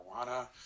marijuana